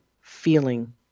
feeling